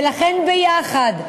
ולכן ביחד,